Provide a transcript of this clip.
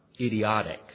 idiotic